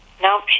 Nope